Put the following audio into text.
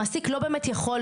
המעסיק לא באמת יכול,